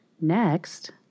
next